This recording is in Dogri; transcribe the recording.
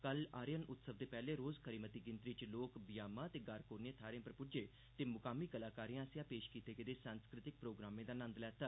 कल आर्यन उत्सव दे पैहले रोज खरी मती गिनतरी च मुकामी लोक बियामा ते गारकोने थाहरें पर पुज्जे ते मुकामी कलाकारें आसेआ पेश कीते गेदे सांस्कृति प्रोग्रामें दा नंद लैता